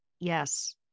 yes